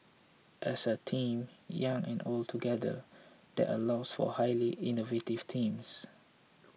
as a team young and old together that allows for highly innovative teams